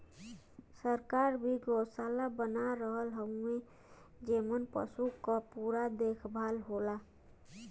सरकार भी गौसाला बना रहल हउवे जेमन पसु क पूरा देखभाल होला